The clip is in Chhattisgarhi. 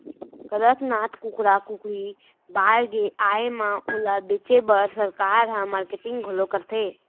कड़कनाथ कुकरा कुकरी बाड़गे आए म ओला बेचे बर सरकार ह मारकेटिंग घलौ करथे